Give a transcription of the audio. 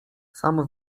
sam